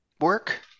work